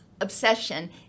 obsession